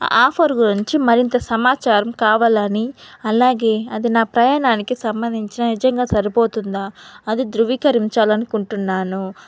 ఆ ఆఫర్ గురించి మరింత సమాచారం కావాలని అలాగే అది నా ప్రయాణానికి సంబంధించిన నిజంగా సరిపోతుందా అది ధృవీకరించాలి అనుకుంటున్నాను